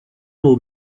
will